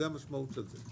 זו המשמעות של זה.